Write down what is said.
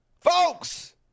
folks